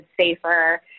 safer